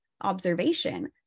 observation